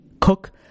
cook